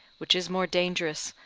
which is more dangerous,